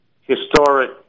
historic